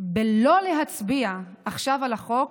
בלא להצביע עכשיו על החוק